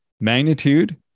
magnitude